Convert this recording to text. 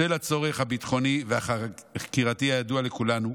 בשל הצורך הביטחוני והחקירתי הידוע לכולנו,